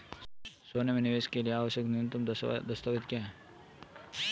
सोने में निवेश के लिए आवश्यक न्यूनतम दस्तावेज़ क्या हैं?